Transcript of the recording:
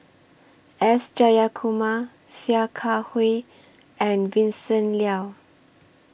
S Jayakumar Sia Kah Hui and Vincent Leow